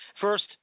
First